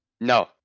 No